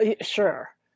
Sure